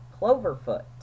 Cloverfoot